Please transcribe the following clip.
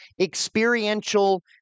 experiential